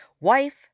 Wife